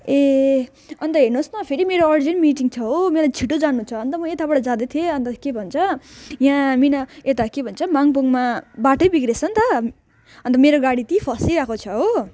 ए अन्त हेर्नुहोस् न फेरि मेरो अर्जेन्ट मिटिङ छ हो मेरो छिटो जानु छ अन्त म यताबाट जाँदै थिएँ अन्त के भन्छ यहाँ मिना यता के भन्छ मङ्पङ्मा बाटै बिग्रिएछ नि त अन्त मेरो गाडी त्यहीँ फँसिरहेको छ हो